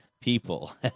people